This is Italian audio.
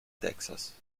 texas